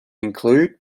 include